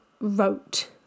wrote